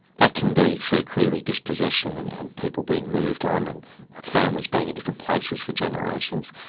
that can be through clearly dispossession and and people being moved on and families being in different places for generations.